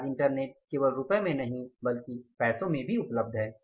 आज इंटरनेट केवल रुपए में नहीं बल्कि पैसों में भी उपलब्ध है